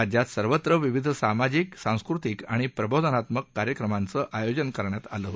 राज्यात सर्वत्र विविध सामाजिक सांस्कृतिक आणि प्रबोधनात्मक कार्यक्रमांचं आयोजन करण्यात आलं आहे